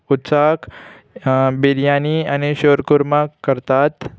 उत्साक बिरयानी आनी शीर कुरमा करतात